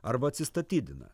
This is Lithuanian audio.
arba atsistatydina